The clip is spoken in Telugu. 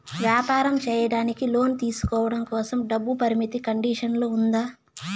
వ్యాపారం సేయడానికి లోను తీసుకోవడం కోసం, డబ్బు పరిమితి కండిషన్లు ఉందా?